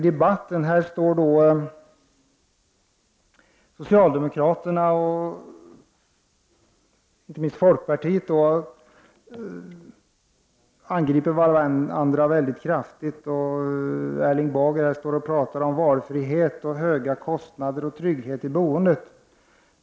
Framför allt socialdemokraterna och folkpartiet angriper varandra mycket kraftigt. Erling Bager står här och talar om valfrihet, höga kostnader och trygghet i boendet.